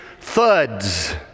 thuds